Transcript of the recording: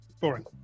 Boring